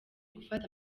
gufata